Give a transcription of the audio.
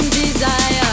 desire